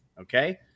okay